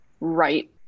right